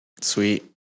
Sweet